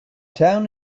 town